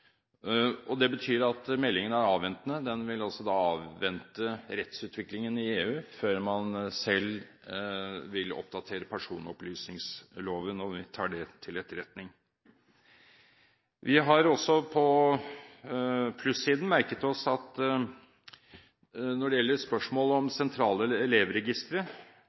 Det betyr at meldingen er avventende. Den vil avvente rettsutviklingen i EU før man selv vil oppdatere personopplysningsloven, og vi tar det til etterretning. Vi har også på plussiden merket oss at når det gjelder spørsmålet om sentrale